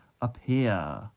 appear